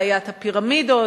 בעיית הפירמידות,